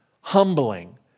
humbling